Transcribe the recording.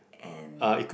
and